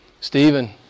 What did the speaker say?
Stephen